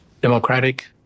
democratic